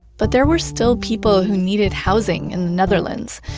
but there were still people who needed housing in the netherlands.